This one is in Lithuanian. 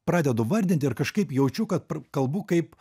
pradedu vardint ir kažkaip jaučiu kad kalbu kaip